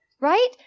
right